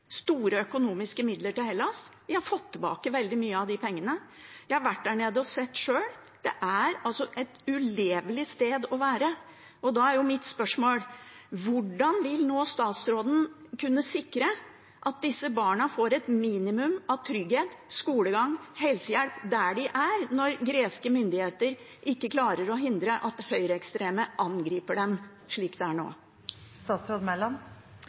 fått tilbake veldig mye av de pengene. Jeg har sjøl vært der nede og sett. Det er et ulevelig sted å være. Da er mitt spørsmål: Hvordan vil statsråden nå sikre at disse barna får et minimum av trygghet, skolegang og helsehjelp der de er, når greske myndigheter ikke klarer å hindre at høyreekstreme angriper dem, slik de gjør nå? Det er